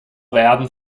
werden